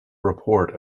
report